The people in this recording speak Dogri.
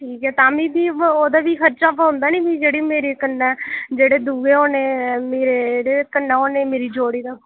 ठीक ऐ तामीं फ्ही ओह्दा बी खर्चा पौंदा निं जेह्डे मेरे कन्नै जेह्ड़े दूए होने मेरे जेह्ड़े कन्नै होने मेरी जोड़ी दा